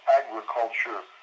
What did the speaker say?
agriculture